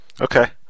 Okay